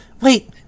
Wait